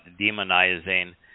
demonizing